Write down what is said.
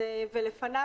ולפניו,